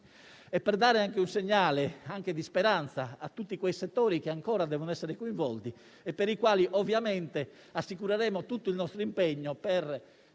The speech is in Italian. crisi, dando anche un segnale di speranza a tutti quei settori che ancora devono essere coinvolti e ai quali ovviamente assicureremo tutto il nostro impegno per